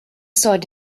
sword